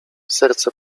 serce